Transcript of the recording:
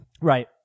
Right